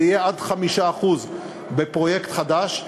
זה יהיה עד 5% בפרויקט חדש,